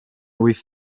wyth